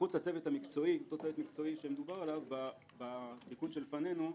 שסמכות הצוות המקצועי שמדובר עליו בתיקון שלפנינו,